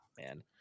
man